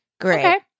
Great